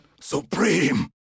supreme